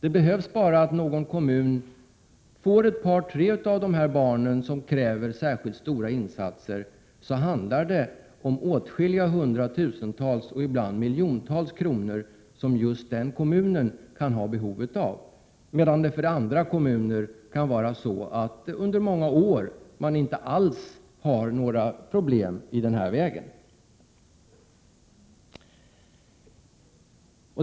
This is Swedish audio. Det behövs bara att någon kommun får ett par tre sådana här barn, som kräver särskilt stora insatser, så handlar det om hundratusentals och ibland miljontals kronor som just den kommunen kan ha behov av. För andra kommuner kan det vara så att man under många år inte har några som helst problem i den här vägen.